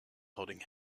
holding